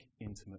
intimate